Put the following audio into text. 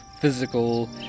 physical